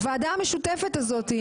הוועדה המשותפת הזו,